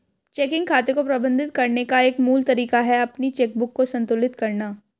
checking खाते को प्रबंधित करने का एक मूल तरीका है अपनी चेकबुक को संतुलित करना